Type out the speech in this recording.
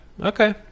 Okay